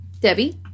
Debbie